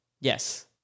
Yes